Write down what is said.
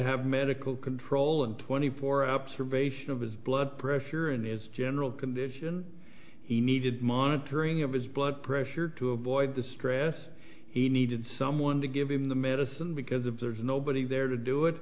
have medical control and twenty four up servatius of his blood pressure and his general condition he needed monitoring of his blood pressure to avoid the stress he needed someone to give him the medicine because of there's nobody there to do it